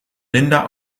linda